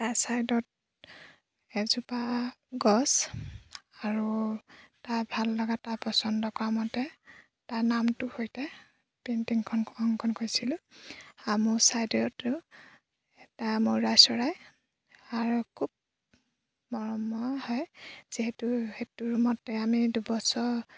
তাৰ ছাইডত এজোপা গছ আৰু তাইৰ ভাল লগা তাই পচন্দ কৰামতে তাইৰ নামটোৰ সৈতে পেইণ্টিংখন অংকন কৰিছিলোঁ আ মোৰ ছাইডতো এটা ময়ূৰা চৰাই আৰু খুব মৰম হয় যিহেতু সেইটো ৰুমতে আমি দুবছৰ